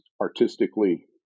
artistically